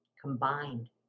combined